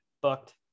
Booked